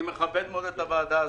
מכבד מאוד את הוועדה הזאת.